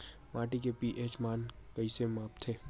माटी के पी.एच मान कइसे मापथे?